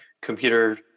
computer